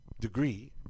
degree